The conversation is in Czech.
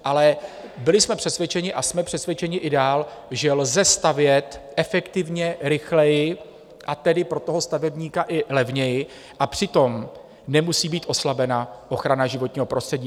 Ale byli jsme přesvědčeni a jsme přesvědčeni i dál, že lze stavět efektivně, rychleji, a tedy pro stavebníka i levněji, a přitom nemusí být oslabená ochrana životního prostředí.